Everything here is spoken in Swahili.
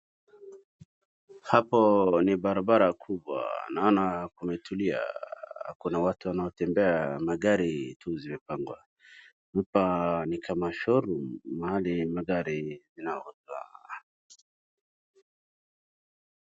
Hapo ni barabara kubwa. Naona kumetulia. Hakuna watu wanaotembea. Magari tu zimepangwa. Hapa ni kama showroom mahali magari zinauzwa.